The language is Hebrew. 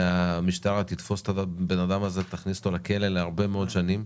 שהמשטרה תתפוס את הבן אדם הזה ותכניס אותו לכלא להרבה מאוד שנים,